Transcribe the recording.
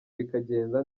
bikagenda